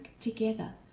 together